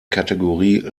kategorie